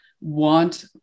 want